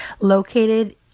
located